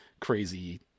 crazy